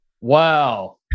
Wow